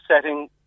setting